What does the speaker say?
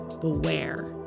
beware